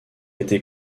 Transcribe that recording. été